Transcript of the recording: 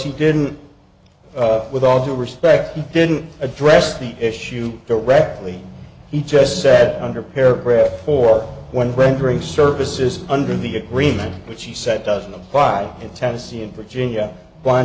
he didn't with all due respect he didn't address the issue directly he just said under pair breath for one rendering services under the agreement which he said doesn't apply in tennessee and virginia w